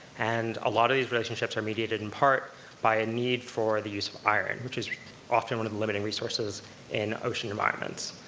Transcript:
and a lot of these relationships are mediated in part by a need for the use of iron, which is often one of the limiting resources in ocean environments.